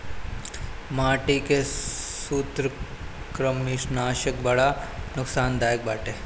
माटी के सूत्रकृमिनाशक बड़ा नुकसानदायक बाटे